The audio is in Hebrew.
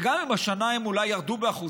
וגם אם השנה הם אולי ירדו ב-1%,